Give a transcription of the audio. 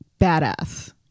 badass